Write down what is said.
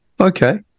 okay